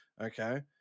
okay